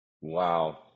wow